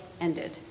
ended